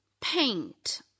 paint